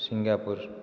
Singapore